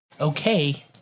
okay